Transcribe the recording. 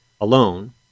alone